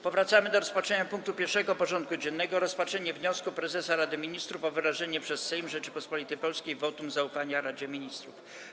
Powracamy do rozpatrzenia punktu 1. porządku dziennego: Rozpatrzenie wniosku prezesa Rady Ministrów o wyrażenie przez Sejm Rzeczypospolitej Polskiej wotum zaufania Radzie Ministrów.